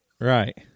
Right